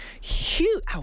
huge